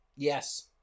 yes